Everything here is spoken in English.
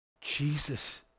Jesus